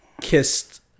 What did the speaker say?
kissed